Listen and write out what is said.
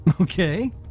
Okay